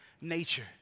nature